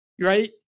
Right